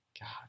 God